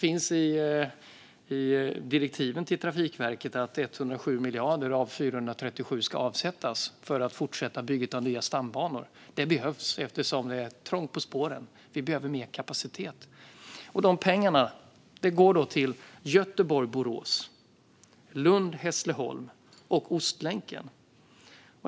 I direktiven till Trafikverket står det att 107 av 437 miljarder ska avsättas för att fortsätta byggandet av nya stambanor. Detta behövs eftersom det är trångt på spåren och vi behöver mer kapacitet. Dessa pengar går till Göteborg-Borås, Lund-Hässleholm och Ostlänken.